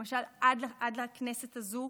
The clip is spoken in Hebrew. למשל, עד לכנסת הזו,